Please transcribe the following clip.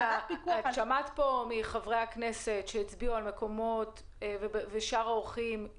את שמעת מחברי הכנסת ושאר האורחים על